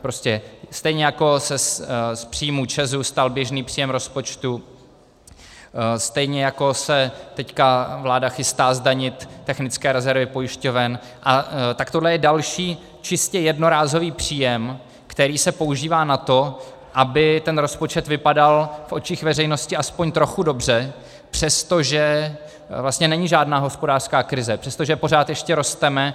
Prostě stejně jako se z příjmů ČEZ stal běžný příjem rozpočtu, stejně jako se teď vláda chystá zdanit technické rezervy pojišťoven, tak tohle je další čistě jednorázový příjem, který se používá na to, aby rozpočet vypadal v očích veřejnosti aspoň trochu dobře, přestože vlastně není žádná hospodářská krize, přestože pořád ještě rosteme.